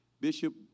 Bishop